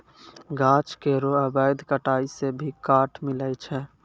गाछ केरो अवैध कटाई सें भी काठ मिलय छै